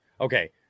Okay